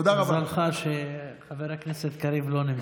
כל עוד, אתה יודע מה, אני חייב איזה תקיפה קטנה,